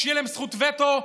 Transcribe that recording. שתהיה להם זכות וטו,